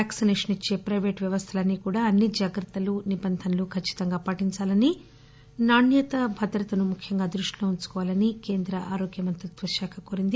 vaccination ఇచ్చే private వ్యవస్థలన్నీ కూడా అన్ని జాగ్రత్తలూ నిబంధనలు కచ్చితంగా పాటించాలని నాణ్యత భద్రతను ముఖ్యంగా దృష్టిలో ఉంచుకోవాలని కేంద్ర ఆరోగ్య మంత్రిత్వ శాఖ కోరింది